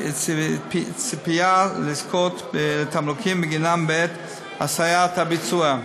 ציפייה לזכות בתמלוגים בגינם בעת עשיית הביצוע,